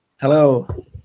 Hello